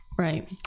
right